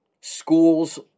schools